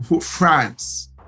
France